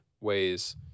ways